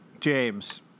james